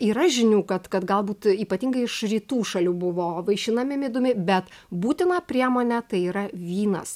yra žinių kad kad galbūt ypatingai iš rytų šalių buvo vaišinami midumi bet būtina priemonė tai yra vynas